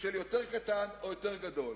של יותר קטן או יותר גדול.